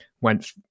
went